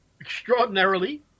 extraordinarily